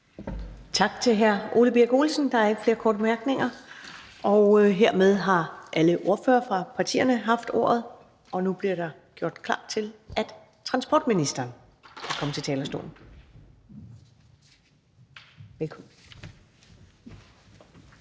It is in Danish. Tak til hr. Ole Birk Olesen. Der er ikke flere korte bemærkninger. Hermed har alle ordførerne fra partierne haft ordet, og nu bliver der gjort klar til, at transportministeren kan komme til talerstolen. Kl.